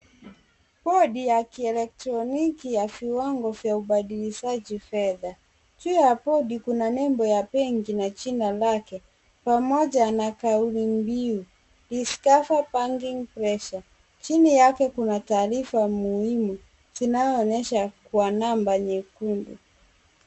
Bodi ya kielektroniki ya viwango vya ubadilishaji fedha. Juu ya bodi kuna nembo ya benki na jina lake pamoja na kauli mbiu discover banking pleasure . Chini yake kuna taarifa muhimu zinayoonyesha kwa namba nyekundu.